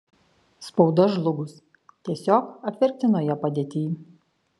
spauda žlugus tiesiog apverktinoje padėtyj